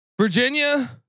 Virginia